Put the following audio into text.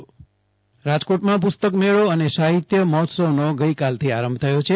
જયદિપ વૈષ્ણવ રાજકોટ પુસ્તક મેળી રાજકોટમાં પુસ્તક મેળો અને સાહિત્ય મહોત્સવનો ગઇકાલથી આરંભ થયો છે